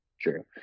true